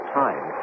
time